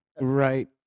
Right